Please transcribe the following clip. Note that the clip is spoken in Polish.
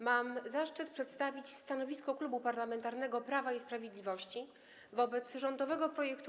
Mam zaszczyt przedstawić stanowisko Klubu Parlamentarnego Prawo i Sprawiedliwość wobec rządowych projektów